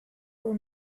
were